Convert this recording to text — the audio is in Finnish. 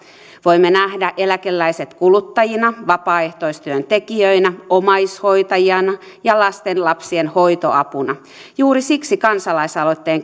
voimme nähdä eläkeläiset kuluttajina vapaaehtoistyön tekijöinä omaishoitajina ja lastenlapsien hoitoapuna juuri siksi kansalaisaloitteen